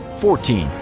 fourteen.